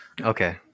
okay